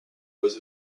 was